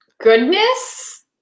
Goodness